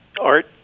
art